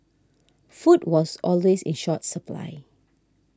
food was always in short supply